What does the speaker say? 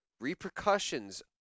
Repercussions